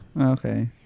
okay